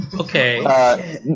Okay